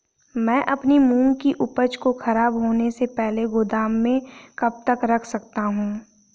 मैं अपनी मूंग की उपज को ख़राब होने से पहले गोदाम में कब तक रख सकता हूँ?